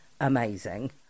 amazing